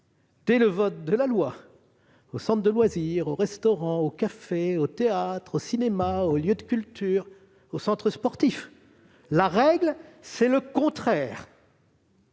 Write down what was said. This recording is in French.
dès le vote de la loi, aux centres de loisirs, aux restaurants, aux cafés, aux théâtres, aux cinémas, aux lieux de culture, aux centres sportifs. C'est tout le contraire